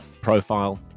profile